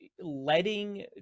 letting